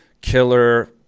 killer